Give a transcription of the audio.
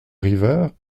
river